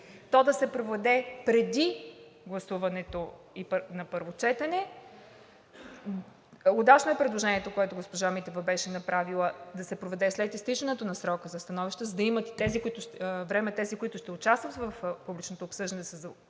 то да се проведе преди гласуването на първо четене. Удачно е предложението, което беше направила госпожа Митева – да се проведе след изтичането на срока за становища, за да имат време тези, които ще участват в публичното обсъждане, да се запознаят